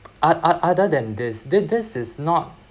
oth~ oth~ other than this this this is not